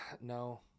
No